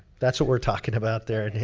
that's what we're talking about there.